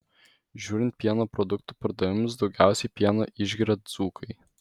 žiūrint pieno produktų pardavimus daugiausiai pieno išgeria dzūkai